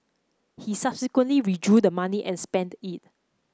he subsequently withdrew the money and spent it